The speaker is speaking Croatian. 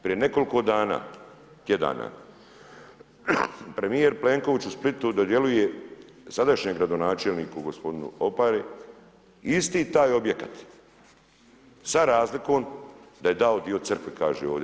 Prije nekoliko dana, tjedana, premijer Plenković u Splitu dodjeljuje sadašnjem gradonačelniku gospodinu Opari isti taj objekat sa razlikom da je dao dio crkve, kaže ovdje.